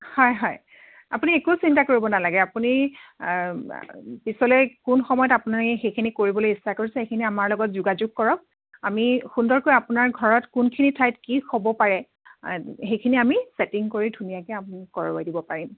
হয় হয় আপুনি একো চিন্তা কৰিব নালাগে আপুনি পিছলে কোন সময়ত আপুনি সেইখিনি কৰিবলৈ ইচ্ছা কৰিছে সেইখিনি আমাৰ লগত যোগাযোগ কৰক আমি সুন্দৰকৈ আপোনাৰ ঘৰত কোনখিনি ঠাইত কি হ'ব পাৰে সেইখিনি আমি চেটিং কৰি ধুনীয়াকৈ আমি কৰোৱাই দিব পাৰিম